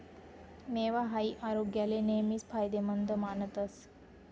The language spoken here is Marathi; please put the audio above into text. मेवा हाई आरोग्याले नेहमीच फायदेमंद मानतस